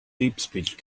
deepspeech